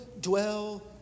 dwell